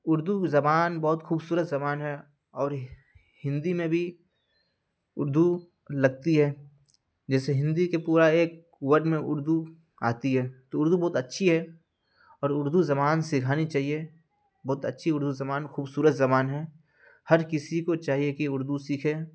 اردو زبان بہت خوبصورت زبان ہے اور ہندی میں بھی اردو لگتی ہے جیسے ہندی کے پورا ایک ورڈ میں اردو آتی ہے تو اردو بہت اچھی ہے اور اردو زبان سکھانی چاہہیے بہت اچھی اردو زبان خوبصورت زبان ہے ہر کسی کو چاہیے کہ اردو سیکھے